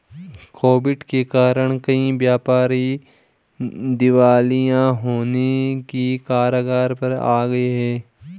Covid के कारण कई व्यापारी दिवालिया होने की कगार पर आ गए हैं